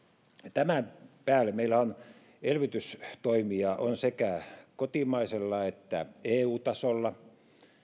tämän päälle meillä on elvytystoimia sekä kotimaisella että eu tasolla